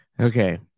Okay